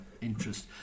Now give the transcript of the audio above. interest